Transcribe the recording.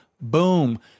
boom